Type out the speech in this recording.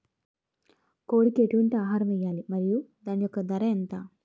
కోడి కి ఎటువంటి ఆహారం వేయాలి? మరియు దాని యెక్క ధర ఎంత?